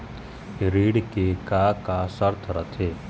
ऋण के का का शर्त रथे?